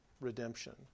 redemption